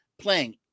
playing